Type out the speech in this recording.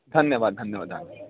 धन्यवादः धन्यवादः